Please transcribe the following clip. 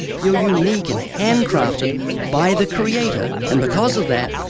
you're unique and handcrafted by the creator, and because of that,